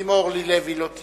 אם אורלי לוי לא תהיה,